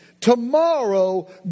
Tomorrow